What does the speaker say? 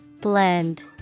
Blend